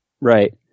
Right